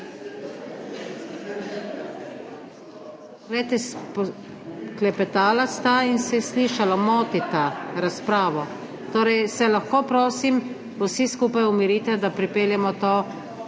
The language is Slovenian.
Glejte, klepetala sta in se je slišalo. Motita razpravo. Torej se lahko, prosim, vsi skupaj umirite, da pripeljemo to